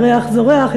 ירח זורח,